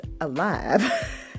alive